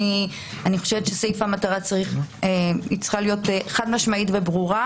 אני חושבת שסעיף המטרה צריך להיות חד-משמעי וברור,